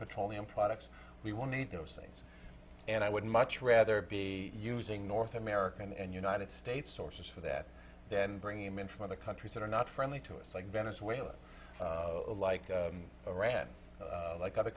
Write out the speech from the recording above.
petroleum products we won't need those things and i would much rather be using north american and united states sources for that then bring him in from other countries that are not friendly to us like venezuela like iran like other